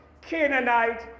Canaanite